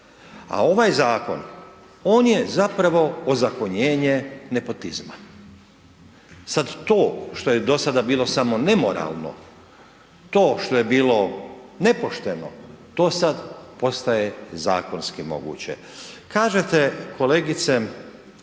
A ovaj zakon, on je zapravo ozakonjenje nepotizma. Sada to što je do sada bilo samo nemoralno, to što je bilo nepošteno, to sada postaje zakonski moguće. Kažete kolegice